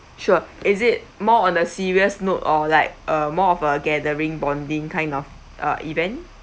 sure is it more on a serious note or like a more of a gathering bonding kind of uh event